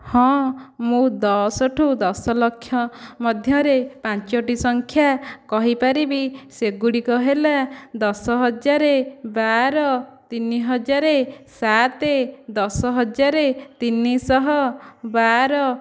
ହଁ ମୁଁ ଦଶଠୁ ଦଶ ଲକ୍ଷ ମଧ୍ୟରେ ପାଞ୍ଚଟି ସଂଖ୍ୟା କହିପାରିବି ସେ ଗୁଡ଼ିକ ହେଲା ଦଶ ହଜାର ବାର ତିନି ହଜାର ସାତ ଦଶ ହଜାର ତିନିଶହ ବାର